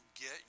get